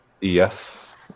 yes